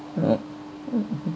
oh